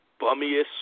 bummiest